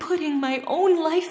putting my own life